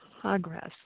progress